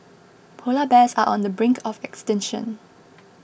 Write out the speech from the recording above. Polar Bears are on the brink of extinction